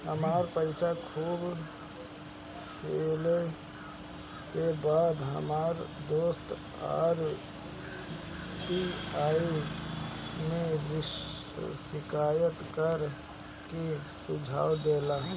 हमर पईसा डूब गेला के बाद हमर दोस्त आर.बी.आई में शिकायत करे के सुझाव देहले